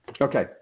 Okay